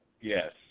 Yes